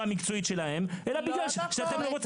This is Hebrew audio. המקצועית שלהם אלא בגלל שאתם לא רוצים תחרות.